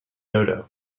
dodo